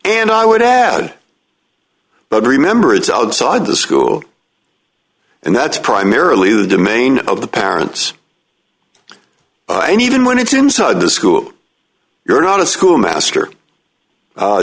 and i would add but remember it's outside the school and that's primarily the demain of the parents and even when it's inside the school you're not a school master